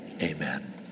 amen